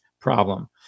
problem